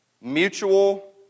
Mutual